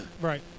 Right